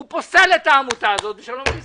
הוא פוסל את העמותה הזאת ושלום על ישראל.